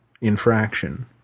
infraction